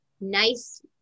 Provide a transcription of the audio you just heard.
Nice